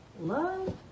love